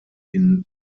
hin